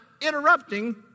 interrupting